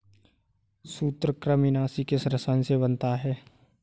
सूत्रकृमिनाशी किस रसायन से बनता है?